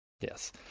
Yes